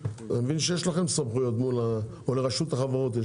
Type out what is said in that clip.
אתה מבין שיש לכם סמכויות מול הנמלים או לרשות החברות?